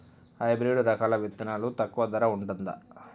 Hybrid రకాల విత్తనాలు తక్కువ ధర ఉంటుందా?